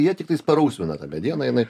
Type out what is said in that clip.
jie tiktai parausvina tą medieną jinai